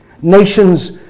Nations